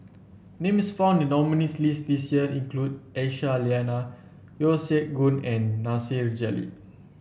names found in the nominees' list this year include Aisyah Lyana Yeo Siak Goon and Nasir Jalil